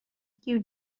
you